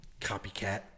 Copycat